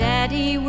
Daddy